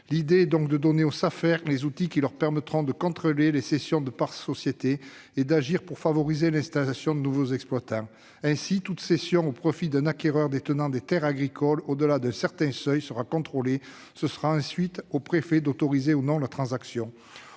L'idée est de donner aux Safer les outils qui leur permettront de contrôler les cessions de parts de sociétés et d'agir pour favoriser l'installation de nouveaux exploitants. Ainsi, toute cession au profit d'un acquéreur détenant des terres agricoles au-delà d'un certain seuil sera contrôlée. Ce sera ensuite aux préfets d'autoriser ou non la transaction.